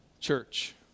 church